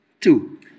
Two